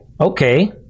Okay